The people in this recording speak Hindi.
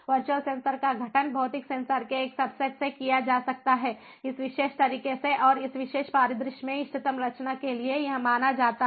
वर्चुअल सेंसर का गठन भौतिक सेंसर के एक सबसेट से किया जा सकता है इस विशेष तरीके से और इस विशेष परिदृश्य में इष्टतम रचना के लिए यह माना जाता है